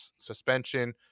suspension